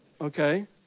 okay